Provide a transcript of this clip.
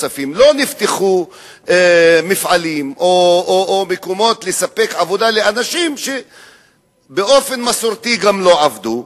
לא נפתחו מפעלים או מקומות לספק עבודה לאנשים שבאופן מסורתי גם לא עבדו,